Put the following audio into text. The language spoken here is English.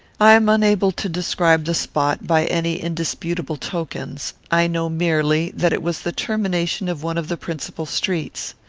i am unable to describe the spot by any indisputable tokens. i know merely that it was the termination of one of the principal streets.